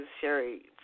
Sherry